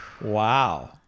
Wow